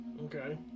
Okay